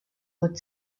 would